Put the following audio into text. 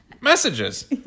messages